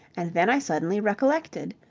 and then i suddenly recollected.